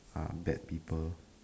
ah bad people